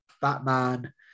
Batman